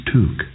Took